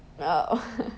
oh